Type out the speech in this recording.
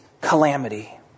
calamity